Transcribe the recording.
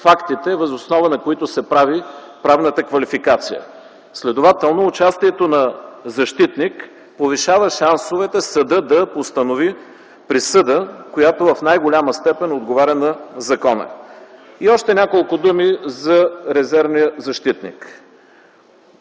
фактите, въз основа на които се прави правната квалификация. Следователно участието на защитник повишава шансовете съдът да постанови присъда, която в най-голяма степен отговаря на закона. Още няколко думи за резервния защитник.